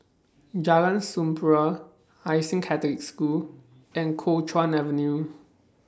Jalan Sampurna Hai Sing Catholic School and Kuo Chuan Avenue